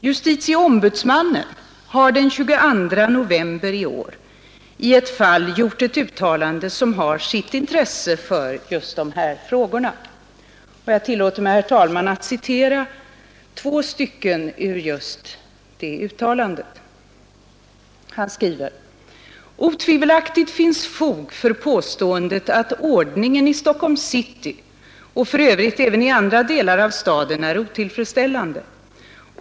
Justitieombudsmannen har den 22 november i år i ett fall gjort ett uttalande, som har sitt intresse när det gäller dessa frågor. Jag tillåter mig att citera två stycken ur det uttalandet: ”Otvivelaktigt finns fog för påståendet att ordningen i Stockholms city — och för övrigt även i andra delar av staden — är otillfredsställande.